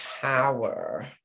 power